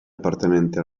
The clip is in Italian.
appartenente